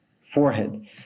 forehead